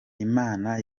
imana